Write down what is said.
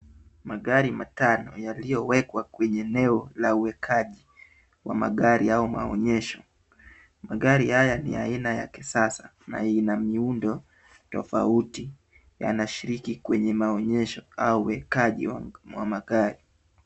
Magari matano yaliyowekwa kwenye eneo la uekaji wa magari au maonyesho. Magari haya ni ya aina ya kisasa na ina miundo tofauti yanashiriki kwenye maonyesho au uekaji wa magari.